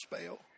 spell